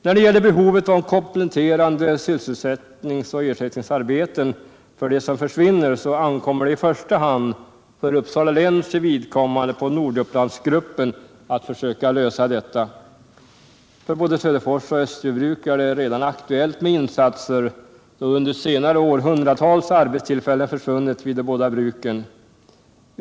När det gäller behovet av kompletterande sysselsättning och ersättningsarbeten för de jobb som försvinner i Uppsala län ankommer det i första hand på Nordupplandsgruppen att försöka komma fram till lösningar. För både Söderfors och Österbybruk är det redan aktuellt med insatser, då under senare år hundratals arbetstillfällen försvunnit vid de båda bruken.